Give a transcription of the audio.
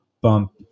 bump